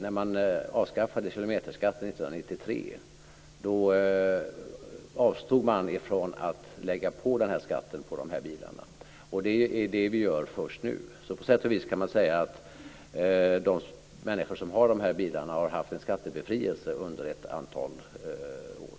När man avskaffade kilometerskatten 1993 avstod man ifrån att lägga denna skatt på dessa bilar. Det är det vi gör först nu. På sätt och vis kan man säga att de människor som har dessa bilar har haft en skattebefrielse under ett antal år.